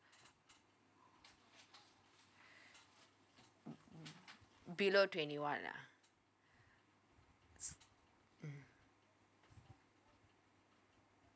hmm below twenty one ah s~ mm